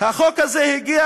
החוק הזה הגיע